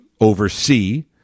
oversee